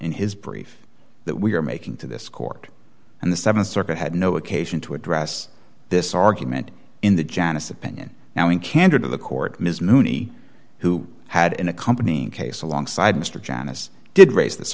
in his brief that we are making to this court and the th circuit had no occasion to address this argument in the janice opinion now in candor to the court ms mooney who had an accompanying case alongside mr janice did raise this